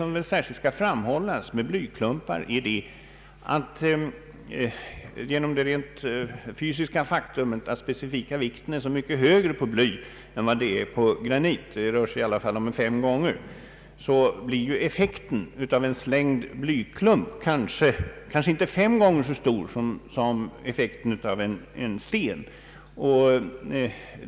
Men vad som särskilt bör framhållas beträffande blyklumparna är det rent fysiska faktum att specifika vikten hos bly är så mycket högre än hos granit — det rör sig om cirka fem gånger så stor specifik vikt. Därför blir effekten av en slängd blyklump om inte fem gånger så stor som av en slängd sten så i varje fall avsevärt större.